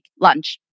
lunch